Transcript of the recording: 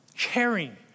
caring